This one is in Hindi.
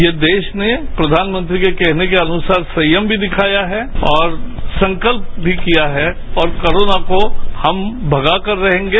ये देश ने प्रधानमंत्री के कहने के अनुसार संयम भी दिखाया है और संकल्प भी किया है और कोरोना को हम भगा कर रहेंगे